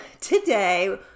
today